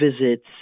visits